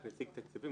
יש נציג תקציבים,